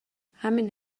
همین